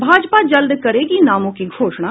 भाजपा जल्द करेगी नामों की घोषणा